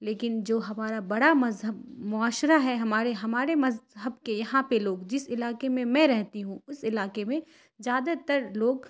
لیکن جو ہمارا بڑا مذہب معاشرہ ہے ہمارے ہمارے مذہب کے یہاں پہ لوگ جس علاقے میں میں رہتی ہوں اس علاقے میں زیادہ تر لوگ